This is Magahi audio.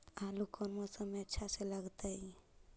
आलू कौन मौसम में अच्छा से लगतैई?